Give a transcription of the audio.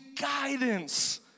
guidance